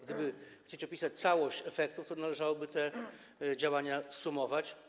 Gdyby chcieć opisać całość efektów, to należałoby te działania zsumować.